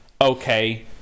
okay